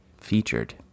Featured